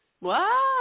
Wow